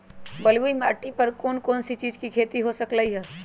बलुई माटी पर कोन कोन चीज के खेती हो सकलई ह?